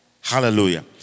Hallelujah